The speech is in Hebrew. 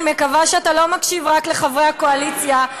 אני מקווה שאתה לא מקשיב רק לחברי הקואליציה.